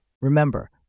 Remember